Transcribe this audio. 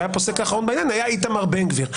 והיה פוסק אחרון בעניין היה איתמר בן גביר.